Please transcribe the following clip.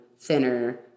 thinner